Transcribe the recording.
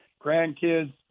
grandkids